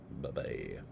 Bye-bye